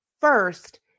first